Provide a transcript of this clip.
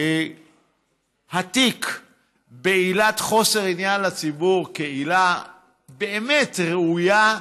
התיק בעילת חוסר עניין לציבור כעילה באמת ראויה,